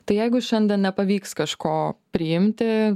tai jeigu šiandien nepavyks kažko priimti